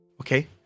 Okay